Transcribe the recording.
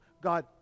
God